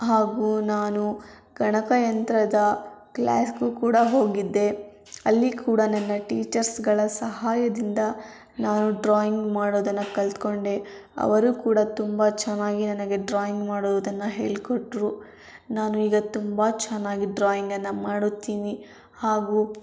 ಹಾಗೂ ನಾನು ಗಣಕಯಂತ್ರದ ಕ್ಲಾಸ್ಗೂ ಕೂಡ ಹೋಗಿದ್ದೆ ಅಲ್ಲಿ ಕೂಡ ನನ್ನ ಟೀಚರ್ಸ್ಗಳ ಸಹಾಯದಿಂದ ನಾನು ಡ್ರಾಯಿಂಗ್ ಮಾಡೋದನ್ನು ಕಲ್ತುಕೊಂಡೆ ಅವರು ಕೂಡ ತುಂಬ ಚೆನ್ನಾಗಿ ನನಗೆ ಡ್ರಾಯಿಂಗ್ ಮಾಡುವುದನ್ನು ಹೇಳಿಕೊಟ್ರು ನಾನು ಈಗ ತುಂಬ ಚೆನ್ನಾಗಿ ಡ್ರಾಯಿಂಗನ್ನು ಮಾಡುತ್ತೀನಿ ಹಾಗೂ